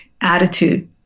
attitude